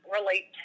relate